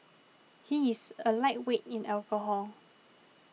he is a lightweight in alcohol